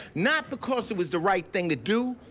not because it was the right thing to do,